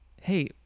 hey